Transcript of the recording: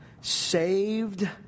saved